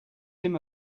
him